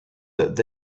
that